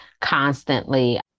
constantly